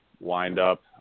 windup